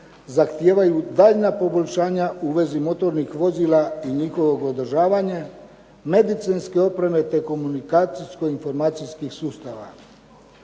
zahtijevaju daljnja poboljšanja u vezi motornih vozila i njihovo održavanje, medicinske opreme te komunikacijsko-informacijskih sustava.